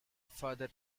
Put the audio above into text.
further